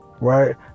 right